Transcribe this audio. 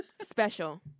Special